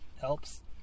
helps